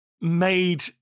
made